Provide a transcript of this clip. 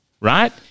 right